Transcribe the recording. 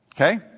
Okay